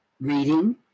Reading